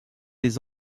les